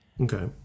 Okay